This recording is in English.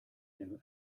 new